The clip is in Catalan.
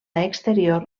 exterior